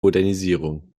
modernisierung